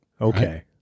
Okay